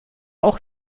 auch